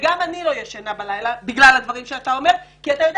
גם אני לא ישנה בלילה בגלל הדברים שאתה אומר כי אתה יודע